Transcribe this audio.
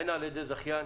הן על ידי זכיין,